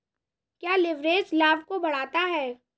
क्या लिवरेज लाभ को बढ़ाता है?